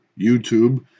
YouTube